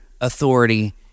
authority